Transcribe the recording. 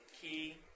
key